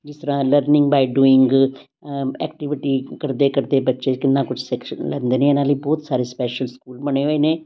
ਇਸ ਤਰ੍ਹਾਂ learning by doing activity ਕਰਦੇ ਕਰਦੇ ਬੱਚੇ ਕਿੰਨਾ ਕੁਝ ਸਿੱਖ ਲੈਂਦੇ ਨੇ ਇਹਨਾਂ ਲਈ ਬਹੁਤ ਸਾਰੇ ਸਪੈਸ਼ਲ ਸਕੂਲ ਬਣੇ ਹੋਏ ਨੇ